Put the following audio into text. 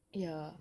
ya